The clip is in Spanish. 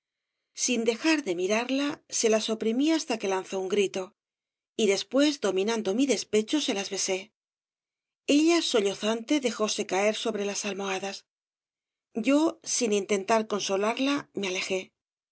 sin dejar de mirarla se las oprimí hasta que lanzó un grito y después dominando mi despecho se las besé ella sollozante dejóse caer sobre las almohadas yo sin intentar consolarla me alejé